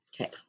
Okay